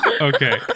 Okay